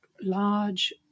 large